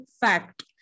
fact